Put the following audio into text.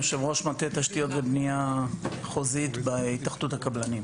יושב-ראש מטה תשתיות ובנייה חוזית בהתאחדות הקבלנים.